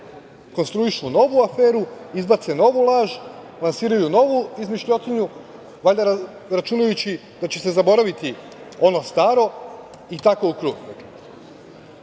konstruišu novu aferu, izbace novu laž, lansiraju novu izmišljotinu, valjda računajući da će se zaboraviti ono staro i tako u